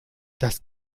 das